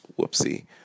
Whoopsie